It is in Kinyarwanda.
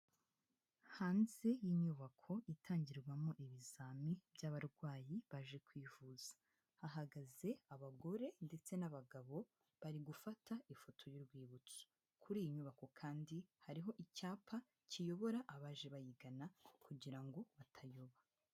Hanze y'inyubako itangirwamo ibizami by'abarwayi baje kwivuza, hahagaze abagore ndetse n'abagabo, bari gufata ifoto y'urwibutso. Kuri iyi nyubako kandi hariho icyapa kiyobora abaje bayigana kugira ngo batayoba.